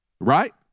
right